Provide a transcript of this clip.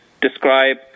describe